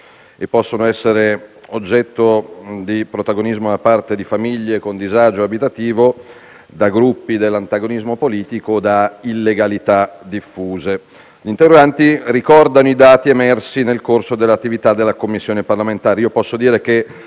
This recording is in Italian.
e possono essere oggetto di protagonismo da parte di famiglie con disagio abitativo, di gruppi dell'antagonismo politico, di illegalità diffuse. Gli interroganti ricordano i dati emersi nel corso dell'attività della Commissione parlamentare.